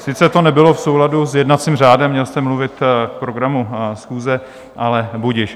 Sice to nebylo v souladu s jednacím řádem, měl jste mluvit k programu schůze, ale budiž.